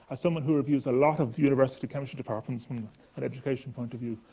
someone who reviews a lot of university chemistry departments from an education point of view,